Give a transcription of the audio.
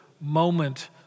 moment